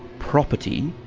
property,